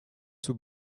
two